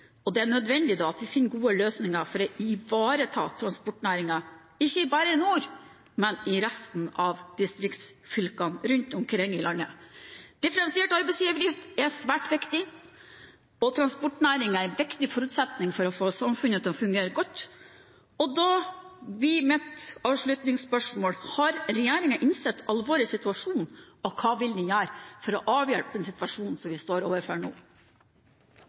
Det er derfor nødvendig at vi finner gode løsninger for å ivareta transportnæringen, ikke bare i nord, men i resten av distriktsfylkene rundt omkring i landet. Differensiert arbeidsgiveravgift er svært viktig, og transportnæringen er en viktig forutsetning for å få samfunnet til å fungere godt. Da blir mitt avslutningsspørsmål: Har regjeringen innsett alvoret i situasjonen, og hva vil den gjøre for å avhjelpe den situasjonen vi står overfor nå?